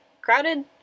crowded